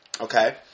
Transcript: Okay